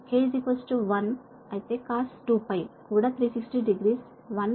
k 1 cos2π కూడా 360 degree 1 మరియు మొదలైనవి